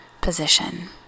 position